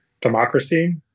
democracy